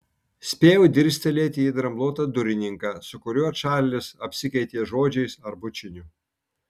spėjau dirstelėti į dramblotą durininką su kuriuo čarlis apsikeitė žodžiais ar bučiniu